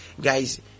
guys